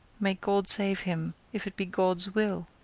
may god save him, if it be god's will!